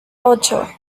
ocho